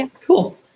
Cool